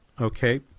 okay